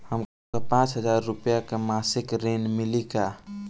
हमका पांच हज़ार रूपया के मासिक ऋण मिली का?